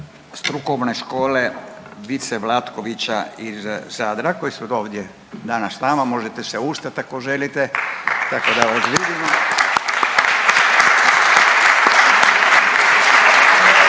Strukovne škole Vice Vlatkovića iz Zadra koji su ovdje danas s nama, možete se ustat ako želite, tako da vas